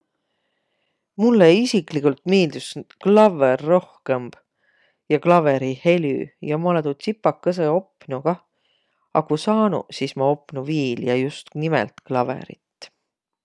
Mullõ isikligult miildüs klavvõr rohkõmb, ja klavõri helü, ja ma olõ tuud tsipakõsõ opnuq kah. A ku saanuq viil, ja just nimelt klavõrit.